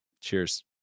Cheers